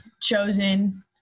chosen